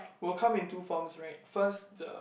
will come in two forms right first the